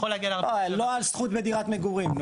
לא על זכות בדירת מגורים.